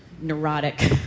neurotic